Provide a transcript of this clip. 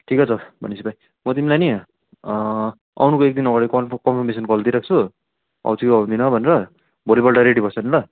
ठिकै छ भने पछि भाइ म तिमीलाई नि आउनुको एक दिन अगाडि कल कन्फर्मेसन कल दिराख्छु आउँछु कि आउँदिनँ भनेर भोलि पल्ट रेडी बसिदिनु ल